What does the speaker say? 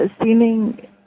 seeming